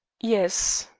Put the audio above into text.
yes.